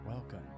Welcome